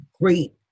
great